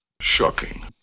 Shocking